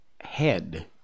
head